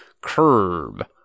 curb